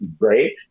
great